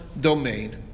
domain